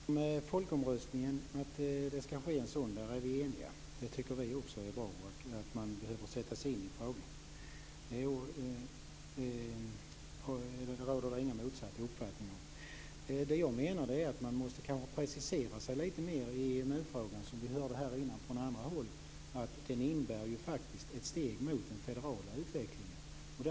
Herr talman! Vi är eniga om att det skall ske en folkomröstning. Det tycker vi också är bra. Man behöver sätta sig in i frågan. Det råder det inga motsatta uppfattningar om. Det jag menar är att man kanske måste precisera sig lite mer i EMU-frågan. Vi hörde här innan från andra håll att EMU faktiskt innebär ett steg mot den federala utvecklingen.